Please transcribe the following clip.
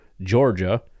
Georgia